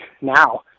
now